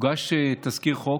שהוגש תזכיר חוק,